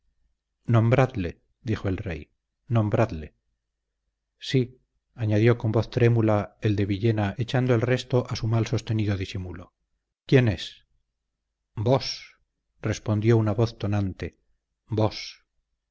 nombradle dijo el rey nombradle sí añadió con voz trémula el de villena echando el resto a su mal sostenido disimulo quién es vos respondió una voz tonante vos